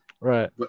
Right